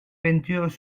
peintures